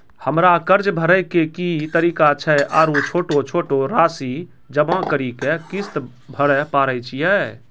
हमरा कर्ज भरे के की तरीका छै आरू छोटो छोटो रासि जमा करि के किस्त भरे पारे छियै?